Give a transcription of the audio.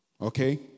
Okay